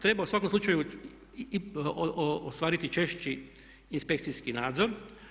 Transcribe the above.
Treba u svakom slučaju ostvariti češći inspekcijski nadzor.